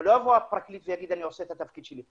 ולא יבוא הפרקליט ויגיד: אני עושה את התפקיד שלי,